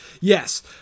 Yes